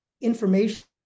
information